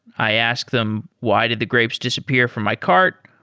i ask them why did the grapes disappear from my cart.